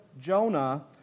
Jonah